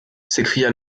s’écria